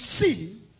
see